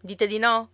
dite di no